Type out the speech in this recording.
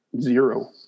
zero